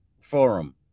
Forum